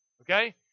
okay